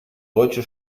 deutsche